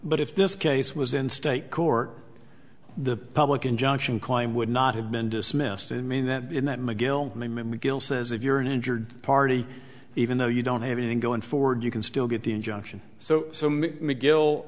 but if this case was in state court the public injunction clime would not have been dismissed and then in that mcgill mcgill says if you're an injured party even though you don't have anything going forward you can still get the injunction so mcgill